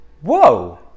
Whoa